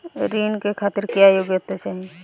ऋण के खातिर क्या योग्यता चाहीं?